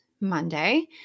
Monday